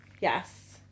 Yes